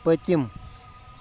پٔتِم